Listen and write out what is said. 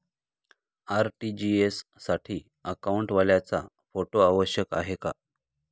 RTGS साठी अकाउंटवाल्याचा photo आवश्यक आहे का?